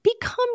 become